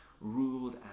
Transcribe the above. ruled